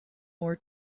more